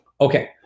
Okay